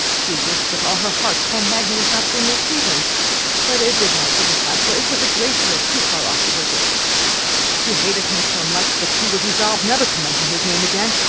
she wished with all her heart combe magna was not so near cleveland but it did not signify, for it was a great deal too far off to visit she hated him so much that she was resolved never to mention his name again,